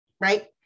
right